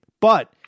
But-